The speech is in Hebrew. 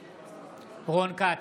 בעד רון כץ,